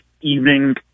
evening